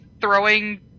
throwing